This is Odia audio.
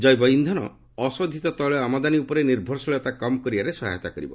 ଜୈବ ଇନ୍ଧନ ଅଶୋଧିତ ତେିଳ ଆମଦାନି ଉପରେ ନିର୍ଭରଶୀଳତା କମ୍ କରିବାରେ ସହାୟତା କରିବ